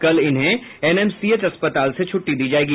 कल इन्हें एनएमसीएच अस्पताल से छुट्टी दी जायेगी